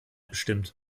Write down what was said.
bestimmt